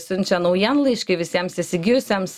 siunčia naujienlaiškį visiems įsigijusiems